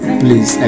please